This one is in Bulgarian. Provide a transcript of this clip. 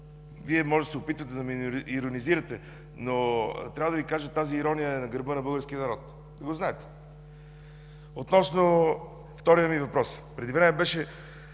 Вие можете да се опитвате да ме иронизирате, но трябва да Ви кажа, че тази ирония е на гърба на българския народ. Вие го знаете. Относно втория ми въпрос. Преди време беше